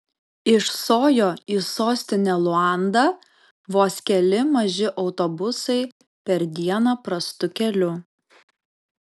iš sojo į sostinę luandą vos keli maži autobusai per dieną prastu keliu